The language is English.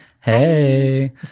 Hey